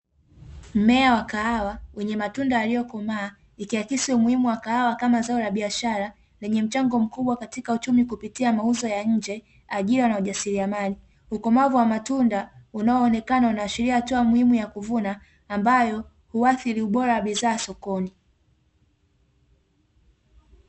Mmea wa kahawa wenye matunda yaliyokomaa, ikiakisi umuhimu wa kahawa kama zao la biashara lenye mchango mkubwa katika uchumi kupitia mauzo ya nje, ajira na ujasiriamali. Ukomavu wa matunda unaoonekana unaashiria hatua muhimu ya kuvuna ambayo huathiri ubora wa bidhaa sokoni.